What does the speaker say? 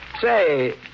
Say